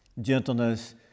gentleness